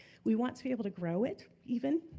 we want to be able to grow it, even,